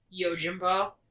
Yojimbo